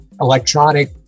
electronic